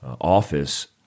office